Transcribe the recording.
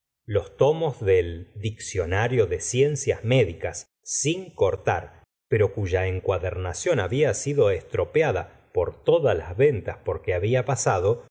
los tomos del diccionario de ciencias médicas sin cortar pero cuya encuadernación había sido estropeada por todas las ventas porque había pasado